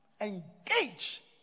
engage